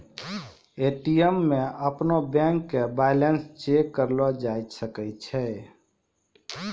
ATM मे अपनो bank के बैलेंस चेक करलो जाय सकै छै